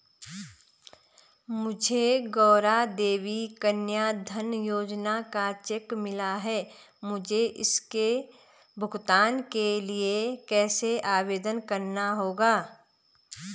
मुझे गौरा देवी कन्या धन योजना का चेक मिला है मुझे इसके भुगतान के लिए कैसे आवेदन करना होगा?